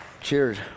Cheers